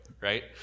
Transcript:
right